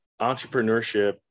entrepreneurship